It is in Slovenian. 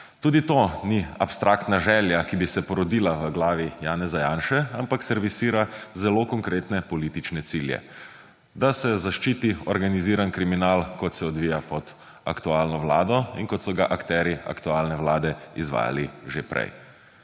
Tudi to ni abstraktna želja, ki bi se porodila v glavi Janeza Janše, ampak servisira zelo konkretne politične cilje, da se zaščiti organiziran kriminal, kot se odvija pod aktualno vlado in kot so ga akterji aktualne vlade izvajali že prej.